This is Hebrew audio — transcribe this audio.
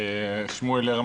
בקיצור, שמואל.